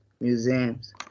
museums